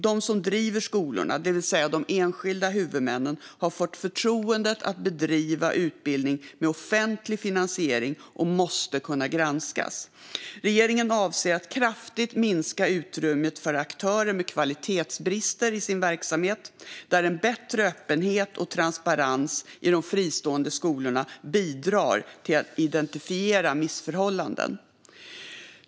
De som driver skolorna, det vill säga de enskilda huvudmännen, har fått förtroendet att bedriva utbildning med offentlig finansiering och måste kunna granskas. Regeringen avser att kraftigt minska utrymmet för aktörer med kvalitetsbrister i sin verksamhet, där en bättre öppenhet och transparens i de fristående skolorna bidrar till att identifiera missförhållanden.